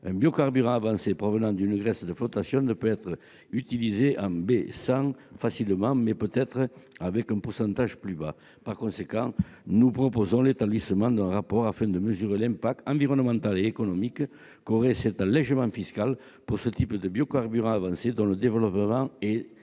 un biocarburant avancé provenant d'une graisse de flottation ne peut être utilisé en B100 facilement, alors qu'il peut l'être avec un pourcentage plus bas. Par conséquent, nous proposons l'établissement d'un rapport afin de mesurer l'impact environnemental et économique d'un allégement fiscal pour ce type de biocarburant avancé, dont le développement est d'ailleurs